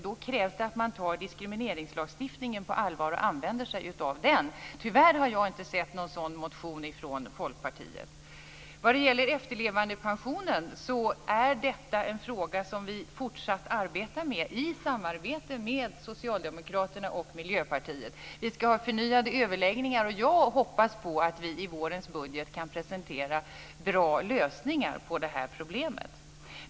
Då krävs det att man tar diskrimineringslagstiftningen på allvar och använder sig av den. Tyvärr har jag inte sett någon sådan motion från Folkpartiet. Vad gäller efterlevandepensionen är det en fråga som vi fortsatt arbetar med i samarbete med Socialdemokraterna och Miljöpartiet. Vi skall ha förnyade överläggningar. Jag hoppas på att vi i vårens budget kan presentera bra lösningar på det problemet.